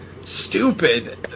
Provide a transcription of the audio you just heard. stupid